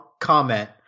comment